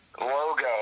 logo